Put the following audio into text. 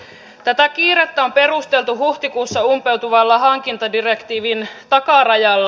tätä kiirettä on perusteltu huhtikuussa umpeutuvalla hankintadirektiivin takarajalla